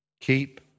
keep